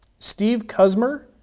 steve kuzmer,